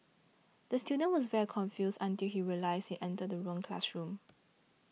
the student was very confused until he realised he entered the wrong classroom